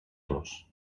los